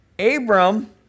Abram